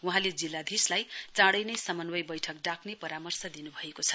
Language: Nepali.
वहाँले जिल्लाधीशलाई चाडै नै समन्वय बैठक डाक्रे परामर्श दिनु भएको छ